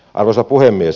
arvoisa puhemies